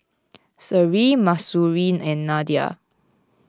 Seri Mahsuri and Nadia